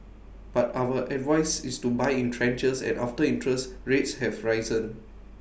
but our advice is to buy in tranches and after interest rates have risen